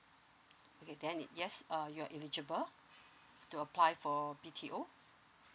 okay then it yes uh you are eligible to apply for B_T_O